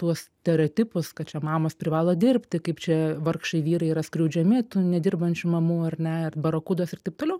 tuos stereotipus kad čia mamos privalo dirbti kaip čia vargšai vyrai yra skriaudžiami tų nedirbančių mamų ar ne ir barakudos ir taip toliau